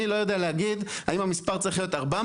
אני לא יודע להגיד האם המספר צריך להיות 400